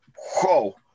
whoa